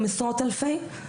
גם עשרות אלפים.